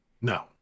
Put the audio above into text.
no